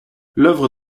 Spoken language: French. l’œuvre